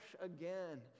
again